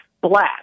black